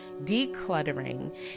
decluttering